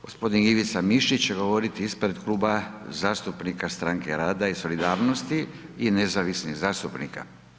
Gospodin Ivica Mišić će govoriti ispred Kluba zastupnika Stranke rada i solidarnosti i nezavisnih zastupnika.